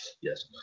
Yes